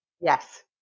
Yes